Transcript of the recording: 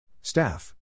Staff